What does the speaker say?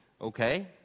okay